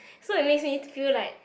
so it makes me feel like